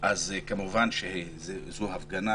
כמובן זו הפגנה